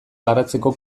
garatzeko